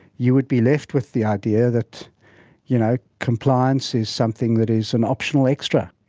you would be left with the idea that you know compliance is something that is an optional extra,